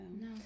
No